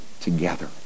together